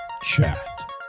Chat